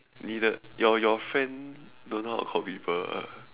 你的 your your friend don't know how to call people ah